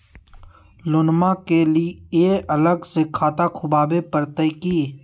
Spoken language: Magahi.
लोनमा के लिए अलग से खाता खुवाबे प्रतय की?